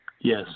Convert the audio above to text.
Yes